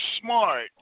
smart